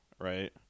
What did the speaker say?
right